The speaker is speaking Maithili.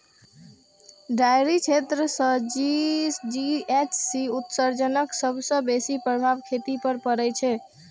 डेयरी क्षेत्र सं जी.एच.सी उत्सर्जनक सबसं बेसी प्रभाव खेती पर पड़ै छै